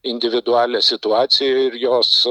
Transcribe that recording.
individualią situaciją ir jos